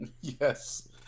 yes